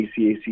ACAC